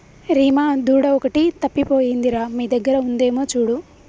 రీమా దూడ ఒకటి తప్పిపోయింది రా మీ దగ్గర ఉందేమో చూడు